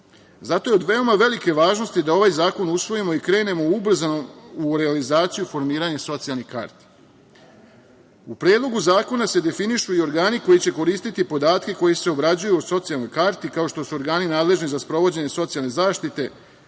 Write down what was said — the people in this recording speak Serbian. Zato je od veoma velike važnosti da ovaj zakon usvojimo i krenemo ubrzano u realizaciju formiranje socijalnih karti.U Predlogu zakona se definišu i organi koji će koristiti podatke koji se obrađuju u socijalnoj karti, kao što su organi nadležni za sprovođenje socijalne zaštite,